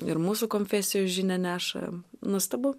ir mūsų konfesijų žinią neša nuostabu